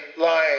lying